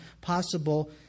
possible